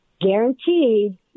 guaranteed